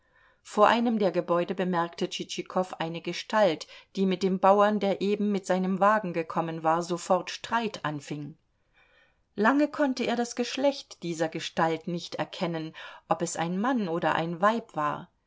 vor einem der gebäude bemerkte tschitschikow eine gestalt die mit dem bauern der eben mit seinem wagen gekommen war sofort streit anfing lange konnte er das geschlecht dieser gestalt nicht erkennen ob es ein mann oder ein weib war